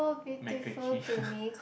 MacRitchie